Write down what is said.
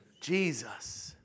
Jesus